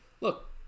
look